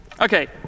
Okay